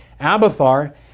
Abathar